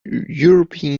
european